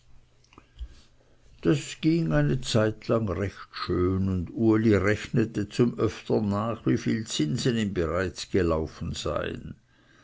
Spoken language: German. das ging eine zeitlang recht schön und uli rechnete zum öftern nach wieviel zins ihm bereits gelaufen sei